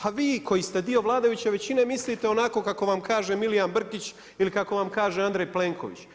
A vi koji ste dio vladajuće većine mislite onako kako vam kaže Milijan Brkić ili kako vam kaže Andrej Plenković.